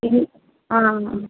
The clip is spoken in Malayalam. പിന്നെ ആ ആ